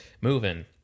moving